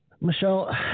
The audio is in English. michelle